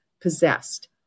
possessed